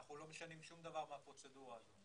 אנחנו לא משנים שום דבר מהפרוצדורה הזו.